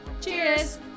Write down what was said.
cheers